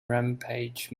rampage